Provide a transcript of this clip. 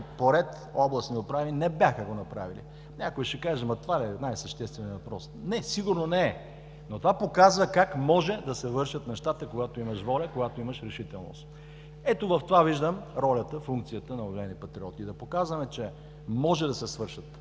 поредни областни управи не бяха направили. Някой ще каже: Това ли е най-същественият въпрос?! Не, сигурно не е, но това показва как може да се вършат нещата, когато имаш воля, когато имаш решителност. Ето, в това виждам ролята, функцията на „Обединени патриоти“ – да показваме, че може да се свършат